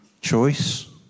choice